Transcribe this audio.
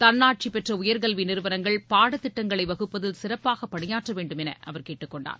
தன்னாட்சி பெற்ற உயர்கல்வி நிறுவனங்கள் பாடத்திட்டங்களை வகுப்பதில் சிறப்பாக பணியாற்ற வேண்டும் என கேட்டுக் கொண்டார்